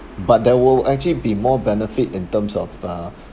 but there will actually be more benefit in terms of uh